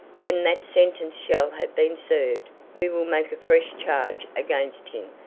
when that sentence shall have been served we will make a fresh charge against him,